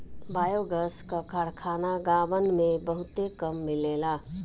biogas क कारखाना गांवन में बहुते कम मिलेला